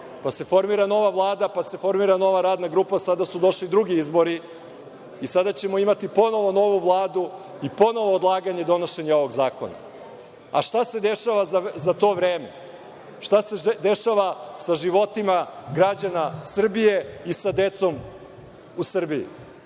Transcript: pa se formira nova Vlada, pa se formira nova radna grupa, sada su došli drugi izbori i sada ćemo imati ponovo novu Vladu i ponovo odlaganje donošenja ovog zakona. Šta se dešava za to vreme? Šta se dešava sa životima građana Srbije i sa decom u Srbiji?